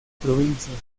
provincias